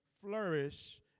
flourish